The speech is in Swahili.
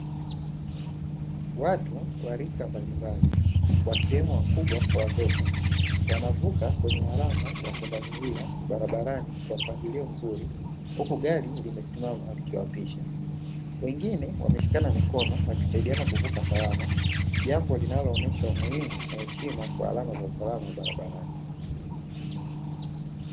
Watu wa rika mbalimbali wakiwemo wakubwa kwa watoto, wanavuka kwenye alama ya pundamilia barabarani kwa mpangilio mzuri, huku gari limesimama likiwapisha. Wengine wameshikana mikono wakisaidiana kuvuka salama, jambo linaloonyesha umuhimu na heshima kwa alama za usalama wa barabarani.